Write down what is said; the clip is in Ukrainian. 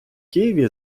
києві